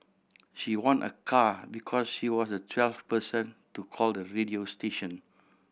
she won a car because she was the twelfth person to call the radio station